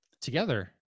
Together